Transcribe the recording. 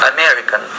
American